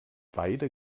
weide